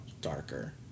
darker